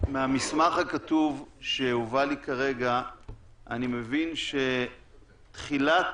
מהמסמך הכתוב שהובא לי כרגע אני מבין שתחילת